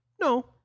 No